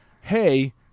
hey